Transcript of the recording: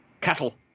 Cattle